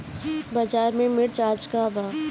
बाजार में मिर्च आज का बा?